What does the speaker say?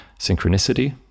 synchronicity